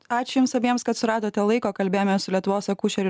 ačiū jums abiems kad suradote laiko kalbėjomės su lietuvos akušerių